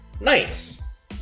Nice